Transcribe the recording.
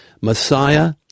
Messiah